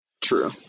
True